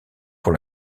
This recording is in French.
pour